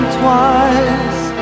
twice